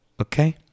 okay